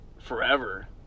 forever